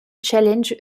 challenge